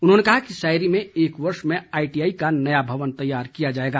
उन्होंने कहा कि सायरी में एक वर्ष में आईटीआई का नया भवन तैयार किया जाएगा